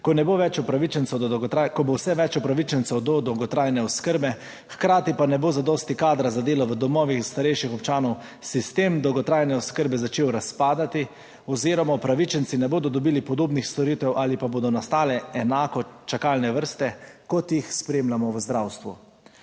ko bo vse več upravičencev do dolgotrajne oskrbe, hkrati pa ne bo zadosti kadra za delo v domovih starejših občanov, sistem dolgotrajne oskrbe začel razpadati oziroma upravičenci ne bodo dobili podobnih storitev ali pa bodo nastale enako čakalne vrste kot jih spremljamo v zdravstvu.